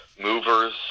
movers